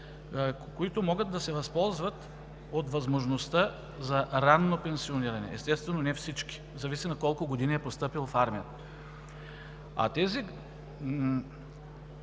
които могат да се възползват от възможността за ранно пенсиониране, естествено, не всички, а зависи на колко години е постъпил в армията.